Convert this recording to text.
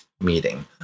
meeting